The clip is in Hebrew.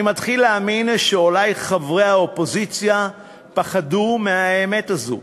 אני מתחיל להאמין שאולי חברי האופוזיציה פחדו מהאמת הזאת,